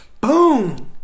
Boom